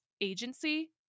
agency